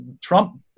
Trump